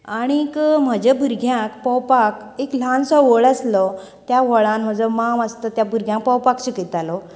आनीक म्हजें भुरग्यांक पोंवपाक एक ल्हान सो व्होळ आसलो त्या व्होळान म्हजो मांव आसता त्या भुरग्यांक पोंवपाक शिकयतालो